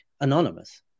anonymous